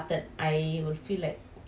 mm